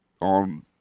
on